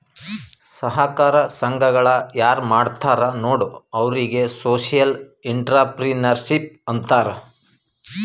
ಸಹಕಾರ ಸಂಘಗಳ ಯಾರ್ ಮಾಡ್ತಾರ ನೋಡು ಅವ್ರಿಗೆ ಸೋಶಿಯಲ್ ಇಂಟ್ರಪ್ರಿನರ್ಶಿಪ್ ಅಂತಾರ್